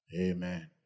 Amen